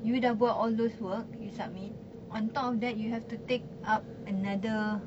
you dah buat all those work you submit on top of that you have to take up another